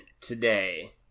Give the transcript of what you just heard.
today